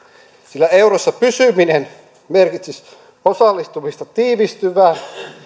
sillä eurossa pysyminen merkitsisi osallistumista tiivistyvään